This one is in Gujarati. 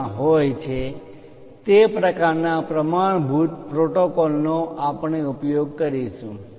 માં હોય છે તે પ્રકારના પ્રમાણભૂત પ્રોટોકોલનો આપણે ઉપયોગ કરીશું